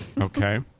Okay